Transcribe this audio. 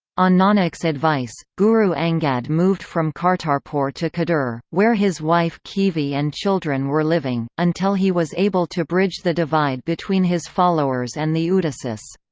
on nanak's advice, guru angad moved from kartarpur to khadur, where his wife khivi and children were living, until he was able to bridge the divide between his followers and the udasis.